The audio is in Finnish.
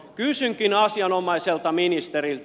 kysynkin asianomaiselta ministeriltä